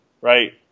right